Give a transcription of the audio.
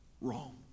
wrong